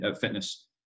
fitness